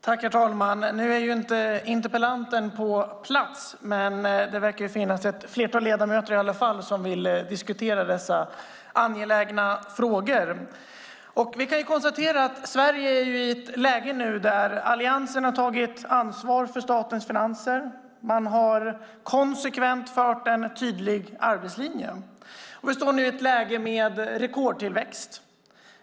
Herr talman! Nu är inte interpellanten på plats, men det verkar i alla fall finnas ett flertal ledamöter som vill diskutera dessa angelägna frågor. Vi kan konstatera att Sverige nu är i ett läge där Alliansen har tagit ansvar för statens finanser. Man har konsekvent fört en tydlig arbetslinje. Vi står nu i ett läge med rekordtillväxt.